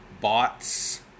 bots